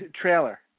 trailer